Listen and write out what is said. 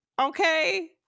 okay